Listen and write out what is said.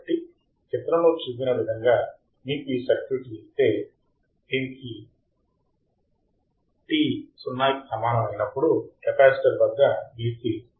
కాబట్టి చిత్రంలో చూపిన విధంగా మీకు ఈ సర్క్యూట్ ఇస్తే దీనికి t 0 కి సమానం అయినప్పుడు కెపాసిటర్ వద్ద V c 1